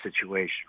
situation